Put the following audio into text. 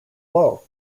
low